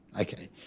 Okay